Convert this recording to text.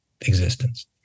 existence